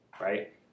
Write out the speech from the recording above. right